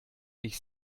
ich